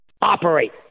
operate